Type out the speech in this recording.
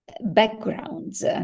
backgrounds